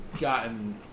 gotten